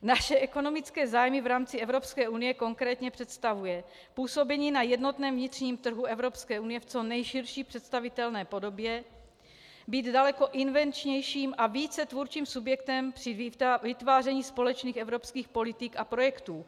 Naše ekonomické zájmy v rámci Evropské unie konkrétně představuje působení na jednotném vnitřním trhu Evropské unie v co nejširší představitelné podobě, být daleko invenčnějším a více tvůrčím subjektem při vytváření společných evropských politik a projektů.